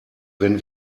wenn